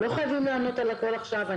לא חייבים לענות על הכול עכשיו.